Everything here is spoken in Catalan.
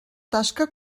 tasca